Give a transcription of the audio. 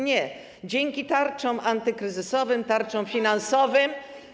Nie, dzięki tarczom antykryzysowym, tarczom finansowym.